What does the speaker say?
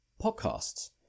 podcasts